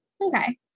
Okay